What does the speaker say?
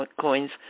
coins